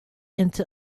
into